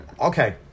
Okay